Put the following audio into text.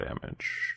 damage